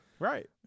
Right